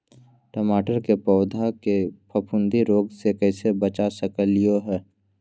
टमाटर के पौधा के फफूंदी रोग से कैसे बचा सकलियै ह?